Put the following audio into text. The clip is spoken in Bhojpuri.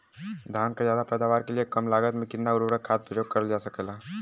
धान क ज्यादा पैदावार के लिए कम लागत में कितना उर्वरक खाद प्रयोग करल जा सकेला?